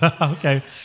Okay